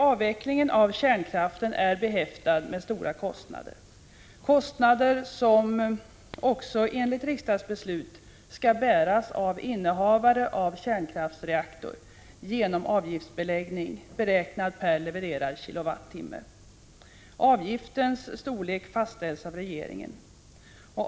Avvecklingen av kärnkraften är nämligen behäftad med stora kostnader — kostnader som, också enligt riksdagsbeslut, skall bäras av innehavare av kärnkraftsreaktor genom avgiftsbeläggning, beräknad per levererad kilowattimme. Avgiftens storlek fastställs av regeringen.